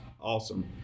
awesome